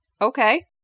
Okay